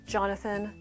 Jonathan